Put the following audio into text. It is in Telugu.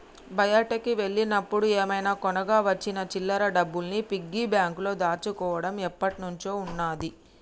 బయటికి వెళ్ళినప్పుడు ఏమైనా కొనగా వచ్చిన చిల్లర డబ్బుల్ని పిగ్గీ బ్యాంకులో దాచుకోడం ఎప్పట్నుంచో ఉన్నాది